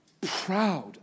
proud